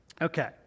Okay